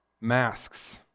masks